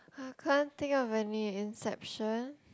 I can't think of any inception